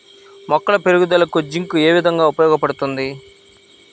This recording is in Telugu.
మొక్కల పెరుగుదలకు జింక్ ఏ విధముగా ఉపయోగపడుతుంది?